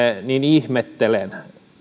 niin ihmettelen